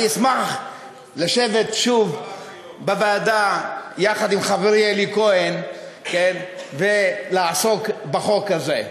אני אשמח לשבת שוב בוועדה יחד עם חברי אלי כהן ולעסוק בחוק הזה,